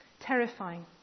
terrifying